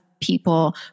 people